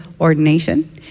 ordination